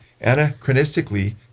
anachronistically